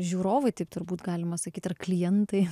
žiūrovai taip turbūt galima sakyt ar klientai